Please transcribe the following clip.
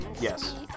Yes